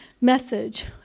message